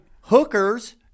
hookers